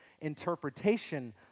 interpretation